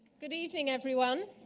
good evening, everyone.